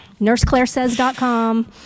NurseClaireSays.com